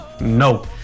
No